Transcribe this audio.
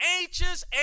anxious